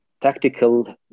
tactical